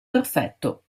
perfetto